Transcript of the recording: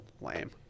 Lame